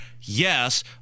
yes